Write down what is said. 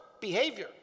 behavior